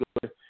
good